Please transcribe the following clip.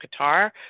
qatar